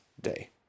day